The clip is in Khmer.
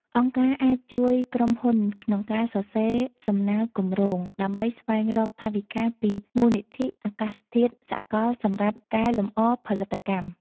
អង្គការអាចជួយក្រុមហ៊ុនក្នុងការសរសេរសំណើគម្រោង ដើម្បីស្វែងរកថវិកាពីមូលនិធិអាកាសធាតុសកលសម្រាប់កែលម្អផលិតកម្ម។